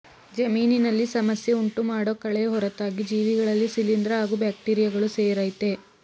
ಜಮೀನಿನಲ್ಲಿ ಸಮಸ್ಯೆ ಉಂಟುಮಾಡೋ ಕಳೆ ಹೊರತಾಗಿ ಜೀವಿಗಳಲ್ಲಿ ಶಿಲೀಂದ್ರ ಹಾಗೂ ಬ್ಯಾಕ್ಟೀರಿಯಗಳು ಸೇರಯ್ತೆ